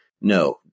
No